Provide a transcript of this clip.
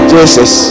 Jesus